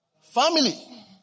Family